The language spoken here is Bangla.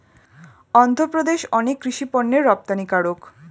অন্ধ্রপ্রদেশ অনেক কৃষি পণ্যের রপ্তানিকারক